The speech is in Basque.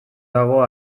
dago